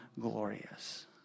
glorious